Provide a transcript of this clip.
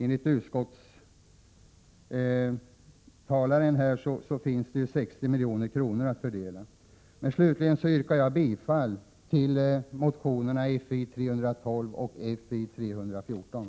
Enligt utskottets talesman finns det ju 60 milj.kr. att fördela. Slutligen yrkar jag bifall till motionerna Fi312 och Fi314.